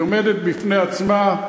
היא עומדת בפני עצמה.